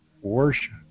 worship